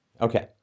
Okay